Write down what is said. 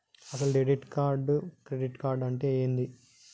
అసలు debit card credit card అంటే ఏంది?